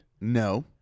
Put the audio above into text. No